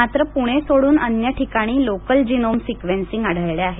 मात्र पुणे सोडून अन्य ठिकाणी लोकल जिनोम सिक्वेन्सिंग आढळले आहेत